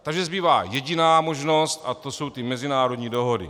Takže zbývá jediná možnost a to jsou mezinárodní dohody.